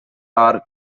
are